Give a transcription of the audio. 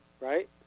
Right